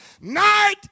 night